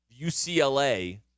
UCLA